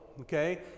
okay